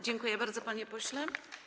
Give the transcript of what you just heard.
Dziękuję bardzo, panie pośle.